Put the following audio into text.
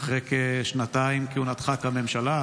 אחרי כשנתיים מכהונתך בממשלה.